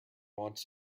wants